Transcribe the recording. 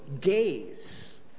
gaze